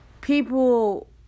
people